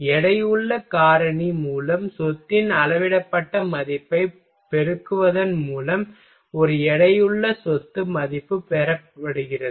எடையுள்ள காரணி மூலம் சொத்தின் அளவிடப்பட்ட மதிப்பைப் பெருக்குவதன் மூலம் ஒரு எடையுள்ள சொத்து மதிப்பு பெறப்படுகிறது